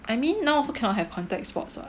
I mean now also cannot have contact sports [what]